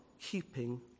keeping